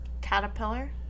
Caterpillar